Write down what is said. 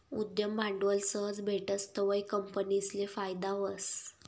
उद्यम भांडवल सहज भेटस तवंय कंपनीसले फायदा व्हस